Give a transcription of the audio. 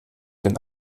den